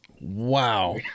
Wow